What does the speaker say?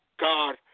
God